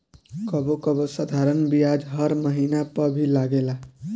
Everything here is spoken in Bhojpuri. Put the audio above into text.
कबो कबो साधारण बियाज हर महिना पअ भी लागेला